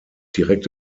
direkt